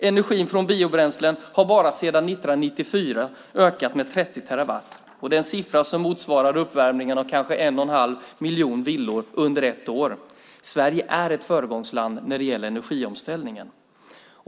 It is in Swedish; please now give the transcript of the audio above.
Energin från biobränslen har bara sedan 1994 ökat med 30 terawattimmar. Det är en siffra som motsvarar uppvärmningen av en och en halv miljon villor under ett år. Sverige är ett föregångsland när det gäller energiomställningen.